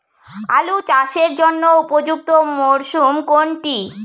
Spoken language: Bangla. আলু চাষের জন্য উপযুক্ত মরশুম কোনটি?